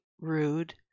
rude